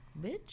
Bitch